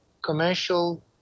Commercial